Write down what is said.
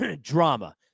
drama